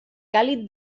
càlid